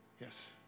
Yes